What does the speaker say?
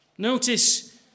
Notice